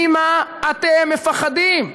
ממה אתם מפחדים?